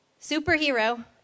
Superhero